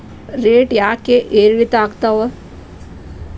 Rate ಯಾಕೆ ಏರಿಳಿತ ಆಗ್ತಾವ?